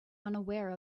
unaware